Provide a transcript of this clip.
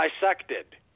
dissected